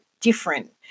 different